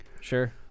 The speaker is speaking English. Sure